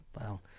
Wow